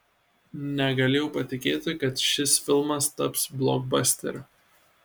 negalėjau patikėti kad šis filmas taps blokbasteriu